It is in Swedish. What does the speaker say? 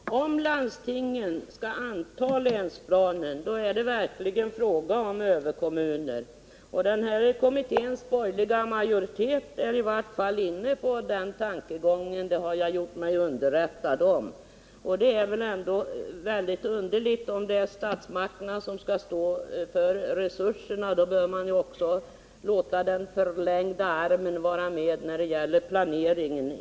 Herr talman! Om landstingen skall anta länsplanen är det verkligen fråga om överkommuner. Och kommitténs borgerliga majoritet är inne på den tankegången —det har jag gjort mig underrättad om. Om det är statsmakterna som skall stå för resurserna bör man väl låta statsmakternas förlängda arm vara med när det gäller planeringen.